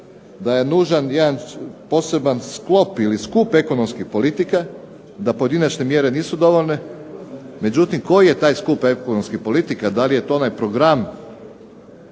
da je nužan jedan poseban sklop ili skup ekonomskih politika, da pojedinačne mjere nisu dovoljne. Međutim, koji je taj skup ekonomskih politika, da li je to onaj program